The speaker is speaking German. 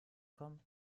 kommen